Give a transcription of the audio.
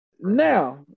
Now